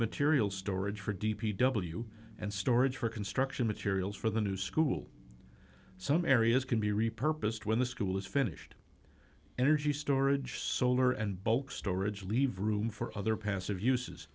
material storage for d p w and storage for construction materials for the new school some areas can be repurposed when the school is finished energy storage solar and bulk storage leave room for other passive uses